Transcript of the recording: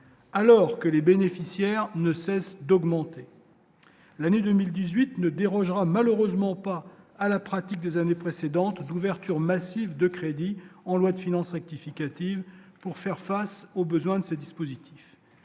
alors que les bénéficiaires ne cesse d'augmenter, l'année 2018 ne dérogera malheureusement pas à la pratique des années précédentes d'ouverture massive de crédits en loi de finances rectificative pour faire face aux besoins de ces dispositifs.